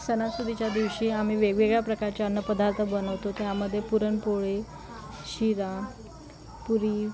सणासुदीच्या दिवशी आम्ही वेगवेगळ्या प्रकारचे अन्नपदार्थ बनवतो त्यामध्ये पुरणपोळी शिरा पुरी